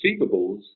receivables